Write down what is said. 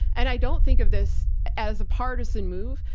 and i don't think of this as a partisan move.